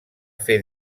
fer